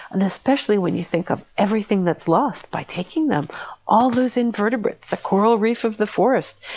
and especially when you think of everything that's lost by taking them all those invertebrates, the coral reef of the forest,